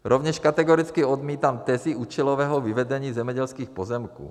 Rovněž kategoricky odmítám tezi účelového vyvedení zemědělských pozemků.